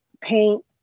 paint